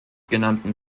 genannten